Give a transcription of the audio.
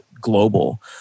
global